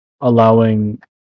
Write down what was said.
allowing